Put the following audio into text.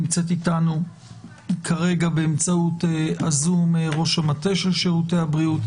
נמצאת אתנו כרגע באמצעות הזום ראש המטה של שירותי הבריאות,